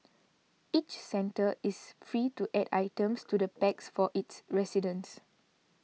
each centre is free to add items to the packs for its residents